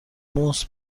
ماوس